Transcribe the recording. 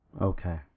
Okay